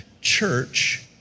church